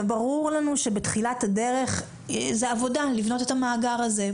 ברור לנו שבתחילת הדרך זו עבודה לבנות את המאגר הזה,